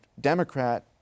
Democrat